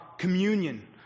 Communion